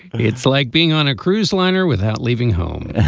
it's like being on a cruise liner without leaving home